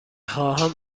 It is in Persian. خواهم